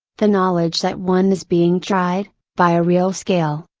the knowledge that one is being tried by a real scale,